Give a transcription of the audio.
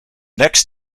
next